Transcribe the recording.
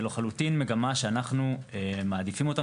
זו לחלוטין מגמה שאנחנו מעדיפים אותם,